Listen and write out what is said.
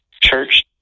church